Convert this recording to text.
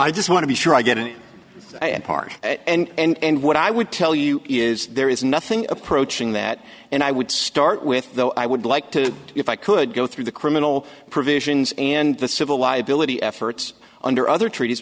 i just want to be sure i get it i am part and what i would tell you is there is nothing approaching that and i would start with though i would like to if i could go through the criminal provisions and the civil liability efforts under other tre